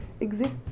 exists